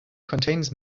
contains